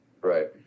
Right